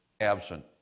absent